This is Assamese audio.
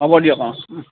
হ'ব দিয়ক অঁ